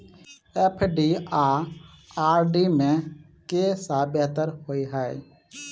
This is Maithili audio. एफ.डी आ आर.डी मे केँ सा बेहतर होइ है?